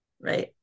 Right